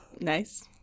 Nice